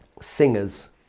singers